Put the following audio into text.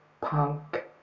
punk